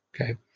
Okay